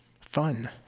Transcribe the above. fun